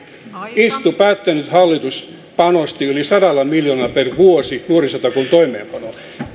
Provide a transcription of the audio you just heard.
juuri päättänyt hallitus panosti yli sadalla miljoonalla per vuosi nuorisotakuun toimeenpanoon